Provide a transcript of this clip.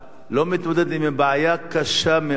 לא מתמודדת עם בעיה קשה מאוד,